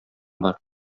бар